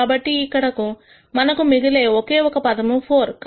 కాబట్టి ఇక్కడమనకు మిగిలే ఒకే ఒక పదము 4